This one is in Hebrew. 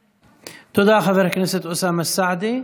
תודה, חבר הכנסת אוסאמה סעדי.